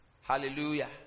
Hallelujah